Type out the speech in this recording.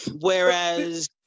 whereas